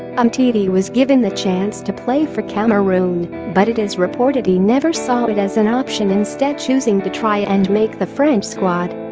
umtiti was given the chance to play for cameroon but it is reported he never saw it as an option instead choosing to try and make the french squad